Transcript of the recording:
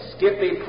Skippy